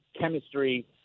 chemistry